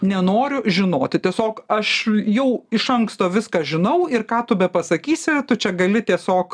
nenoriu žinoti tiesiog aš jau iš anksto viską žinau ir ką tu bepasakysi tu čia gali tiesiog